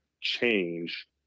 change